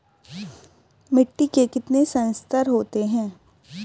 मिट्टी के कितने संस्तर होते हैं?